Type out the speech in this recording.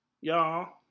y'all